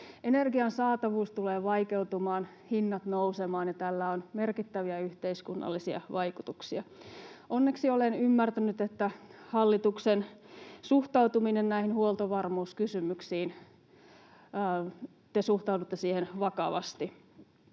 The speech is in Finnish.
Energian saatavuus tulee vaikeutumaan, hinnat nousemaan, ja tällä on merkittäviä yhteiskunnallisia vaikutuksia. Onneksi olen ymmärtänyt, että hallitus suhtautuu näihin huoltovarmuuskysymyksiin vakavasti.